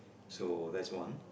so that's one